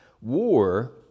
War